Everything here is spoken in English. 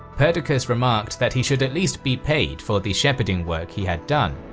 perdiccas remarked that he should at least be paid for the shepherding work he had done.